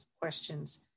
questions